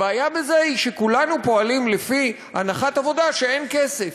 הבעיה בזה היא שכולנו פועלים לפי הנחת עבודה שאין כסף,